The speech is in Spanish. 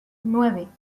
nueve